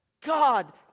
God